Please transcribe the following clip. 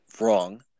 wrong